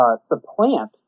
supplant